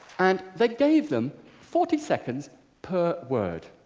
and they gave them forty seconds per word.